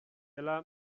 dela